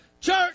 Church